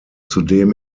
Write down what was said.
zudem